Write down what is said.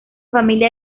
familia